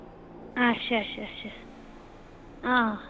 آچھا آچھا آچھا آ